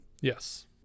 Yes